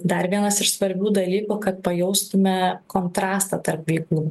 dar vienas iš svarbių dalykų kad pajaustume kontrastą tarp veiklų